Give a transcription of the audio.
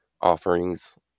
offerings